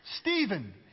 Stephen